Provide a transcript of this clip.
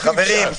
חברים,